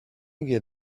get